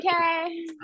Okay